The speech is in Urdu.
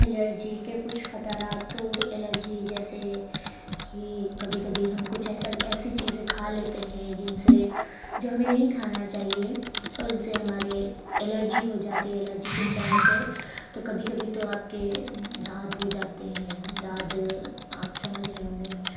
الرجی کے کچھ خطرات تو الرجی جیسے کہ کبھی کبھی ہم کچھ ایسا ایسی چیزیں کھا لیتے ہیں جن سے جو ہمیں نہیں کھانا چاہیے اور ان سے ہمارے الرجی ہوجاتی ہے الرجی کس طرح سے تو کبھی کبھی تو آپ کے داد ہوجاتے ہیں داد آپ سمجھ رہے ہوں گے